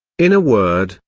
in a word,